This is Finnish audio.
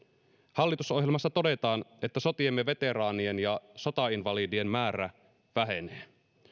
hallitusohjelmassa todetaan että sotiemme veteraanien ja sotainvalidien määrä vähenee